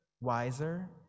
wiser